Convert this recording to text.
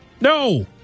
No